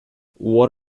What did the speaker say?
what